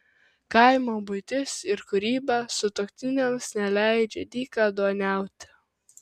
kaimo buitis ir kūryba sutuoktiniams neleidžia dykaduoniauti